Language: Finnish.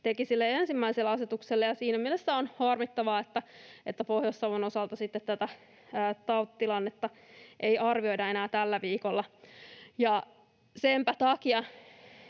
ensimmäiselle asetukselle, ja siinä mielessä on harmittavaa, että Pohjois-Savon osalta tätä tautitilannetta ei enää tällä viikolla arvioida. Senpä takia